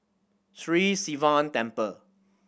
Sri Sivan Temple